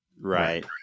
right